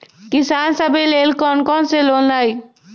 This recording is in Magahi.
किसान सवे लेल कौन कौन से लोने हई?